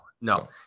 no